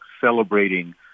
celebrating